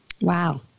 wow